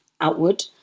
outward